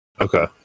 Okay